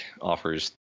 offers